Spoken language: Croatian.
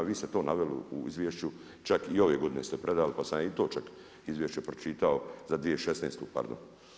Vi ste to naveli u izvješću, čak i ove godine ste predali pa sam i to čak izvješće pročitao za 2016. pardon.